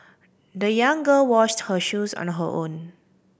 the young girl washed her shoes on her own